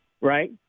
right